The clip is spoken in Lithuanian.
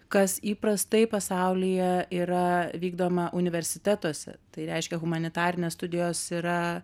kas įprastai pasaulyje yra vykdoma universitetuose tai reiškia humanitarinės studijos yra